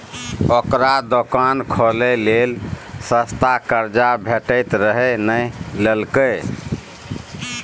ओकरा दोकान खोलय लेल सस्ता कर्जा भेटैत रहय नहि लेलकै